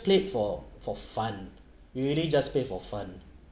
played for for fun you really just played for fun